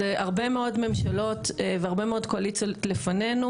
זה הרבה מאוד ממשלות והרבה מאוד קואליציות לפנינו